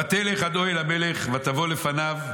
ותלך עד אוהל המלך ותבוא לפניו.